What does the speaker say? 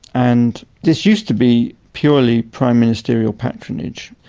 and this used to be purely prime ministerial patronage.